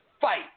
fight